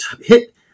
hit